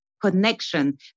connection